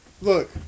Look